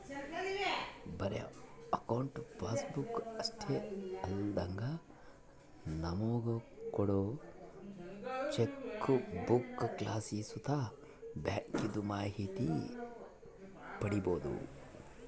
ಬರೇ account passbook ಅಷ್ಟೇ ಅಲ್ದಂಗ ನಮುಗ ಕೋಡೋ ಚೆಕ್ಬುಕ್ಲಾಸಿ ಸುತ ಬ್ಯಾಂಕಿಂದು ಮಾಹಿತಿ ಪಡೀಬೋದು